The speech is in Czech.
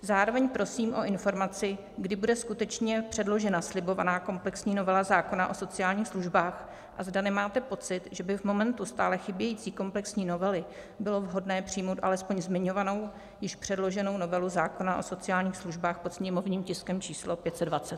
Zároveň prosím o informaci, kdy bude skutečně předložena slibovaná komplexní novela zákona o sociálních službách a zda nemáte pocit, že by v momentu stále chybějící komplexní novely bylo vhodné přijmout alespoň zmiňovanou již předloženou novelu zákona o sociálních službách pod sněmovním tiskem číslo 520.